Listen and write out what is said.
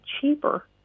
cheaper